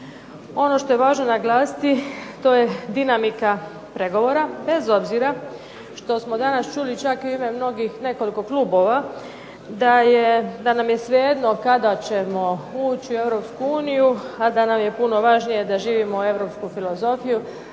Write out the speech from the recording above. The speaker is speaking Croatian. Ono što je važno naglasiti to je dinamika pregovora, bez obzira što smo danas čuli čak i u ime mnogih nekoliko klubova da je, da nam je svejedno kada ćemo ući u Europsku uniju, a da nam je puno važnije da živimo europsku filozofiju,